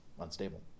unstable